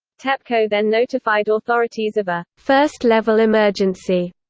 tepco then notified authorities of a first-level emergency.